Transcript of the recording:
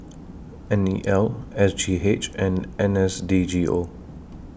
N E L S G H and N S D G O